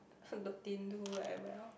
also didn't do very well